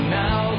now